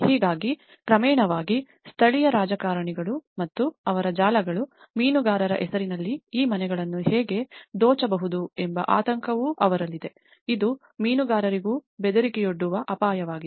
ಹೀಗಾಗಿ ಕ್ರಮೇಣವಾಗಿ ಸ್ಥಳೀಯ ರಾಜಕಾರಣಿಗಳು ಮತ್ತು ಅವರ ಜಾಲಗಳು ಮೀನುಗಾರರ ಹೆಸರಿನಲ್ಲಿ ಈ ಮನೆಗಳನ್ನು ಹೇಗೆ ದೋಚಬಹುದು ಎಂಬ ಆತಂಕವೂ ಅವರಲ್ಲಿದೆ ಇದು ಮೀನುಗಾರರಿಗೂ ಬೆದರಿಕೆಯೊಡ್ಡುವ ಅಪಾಯವಾಗಿದೆ